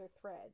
thread